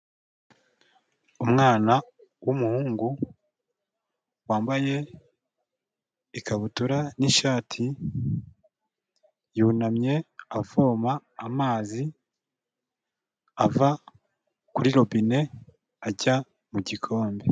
Umwana w'umuhungu wambaye ikabutura n'ishati, yunamye avoma amazi, ava kuri robine ajya mu gikombe.